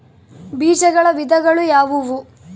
ಬೇಜಗಳ ವಿಧಗಳು ಯಾವುವು?